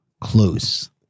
close